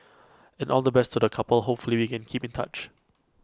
and all the best to the couple hopefully we can keep in touch